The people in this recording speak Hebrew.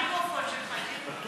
מי עולה לדוכן?